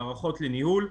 מערכות לניהול,